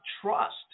trust